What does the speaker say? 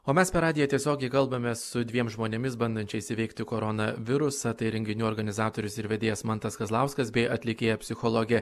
o mes per radiją tiesiogiai kalbamės su dviem žmonėmis bandančiais įveikti koronavirusą tai renginių organizatorius ir vedėjas mantas kazlauskas bei atlikėja psichologė